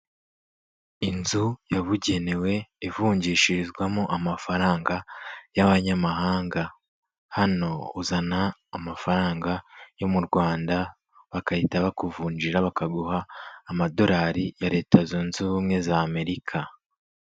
Inzu yabugenewe, ivungishirizwamo amafaranga y'abanyamahanga. Hano uzana amafaranga yo mu Rwanda bagahita bakuvunjira bakaguha amadorari ya Leta Zunze Ubumwe za Amerika.